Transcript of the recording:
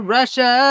Russia